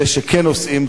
אלה שכן נושאים,